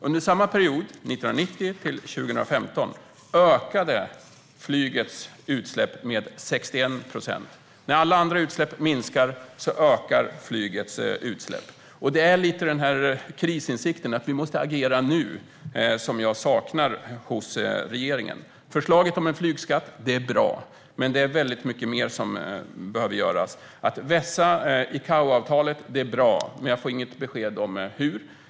Under samma period, 1990-2015, ökade flygets utsläpp med 61 procent. När alla andra utsläpp minskar ökar flygets utsläpp. Det är lite grann denna krisinsikt - att vi måste agera nu - som jag saknar hos regeringen. Förslaget om en flygskatt är bra, men det är mycket mer som behöver göras. Att vässa ICAO-avtalet är bra, men jag får inget besked om hur det ska göras.